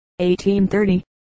1830